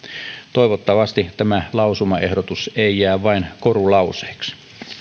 toivottavasti tämä lausumaehdotus ei jää vain korulauseeksi